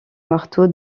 marteau